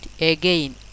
again